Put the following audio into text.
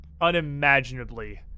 unimaginably